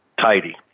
tidy